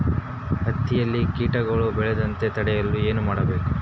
ಹತ್ತಿಯಲ್ಲಿ ಕೇಟಗಳು ಬೇಳದಂತೆ ತಡೆಯಲು ಏನು ಮಾಡಬೇಕು?